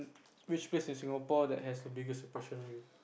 which place in Singapore that has the biggest impression on you